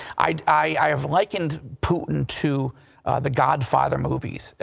i have likened putin to the godfather movies.